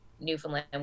Newfoundland